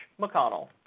McConnell